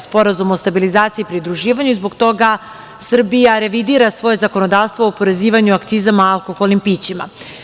Sporazuma o stabilizaciji i pridruživanju i zbog toga Srbija revidira svoje zakonodavstvo u oporezivanju akcizama alkoholnim pićima.